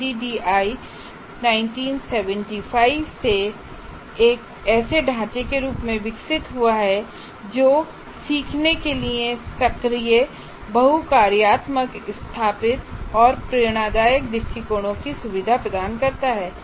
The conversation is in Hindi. ADDIE 1975 से एक ऐसे ढांचे के रूप में विकसित हुआ है जो सीखने के लिए सक्रिय बहु कार्यात्मक स्थापित और प्रेरणादायक दृष्टिकोण की सुविधा प्रदान करता है